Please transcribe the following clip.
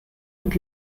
und